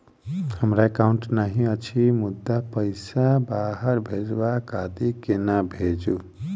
हमरा एकाउन्ट नहि अछि मुदा पैसा बाहर भेजबाक आदि केना भेजू?